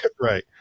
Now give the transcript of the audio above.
right